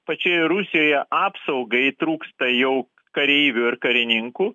pačioje rusijoje apsaugai trūksta jau kareivių ir karininkų